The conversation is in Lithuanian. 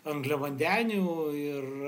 angliavandenių ir